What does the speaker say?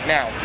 Now